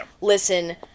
listen